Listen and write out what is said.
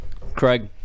Craig